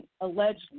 alleged